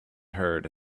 herd